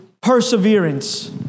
perseverance